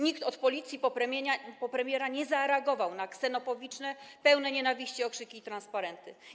Nikt, od policji po premiera, nie zareagował na ksenofobiczne, pełne nienawiści okrzyki i transparenty.